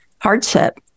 hardship